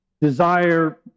desire